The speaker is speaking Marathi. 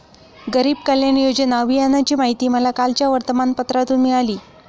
गरीब कल्याण योजना अभियानाची माहिती मला कालच्या वर्तमानपत्रातून मिळाली